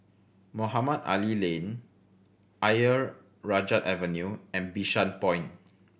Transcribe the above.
Mohamed Ali Lane Ayer Rajah Avenue and Bishan Point